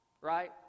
Right